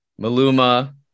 Maluma